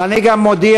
אני גם מודיע,